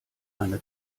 eine